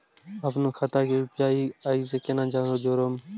अपनो खाता के यू.पी.आई से केना जोरम?